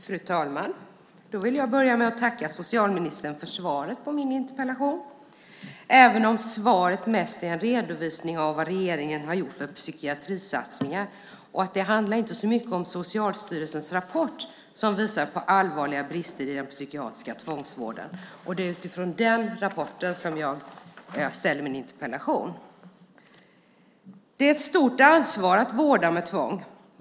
Fru talman! Jag vill börja med att tacka socialministern för svaret på min interpellation, även om svaret mest är en redovisning av vilka psykiatrisatsningar regeringen har gjort. Det handlar inte så mycket om Socialstyrelsens rapport som visar på allvarliga brister i den psykiatriska tvångsvården. Det är utifrån den rapporten som jag ställer min interpellation. Det är ett stort ansvar att vårda med tvång.